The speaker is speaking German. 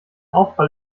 aufprall